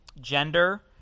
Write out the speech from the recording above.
gender